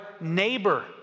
neighbor